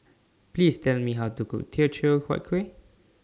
Please Tell Me How to Cook Teochew Huat Kueh